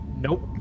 Nope